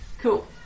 Cool